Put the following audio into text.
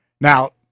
Now